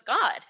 God